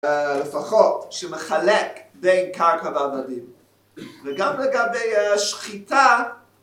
לפחות, שמחלק בין קרקע ועבדים וגם לגבי שחיטה